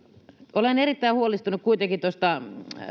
olen erittäin huolestunut kuitenkin tuosta